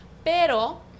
Pero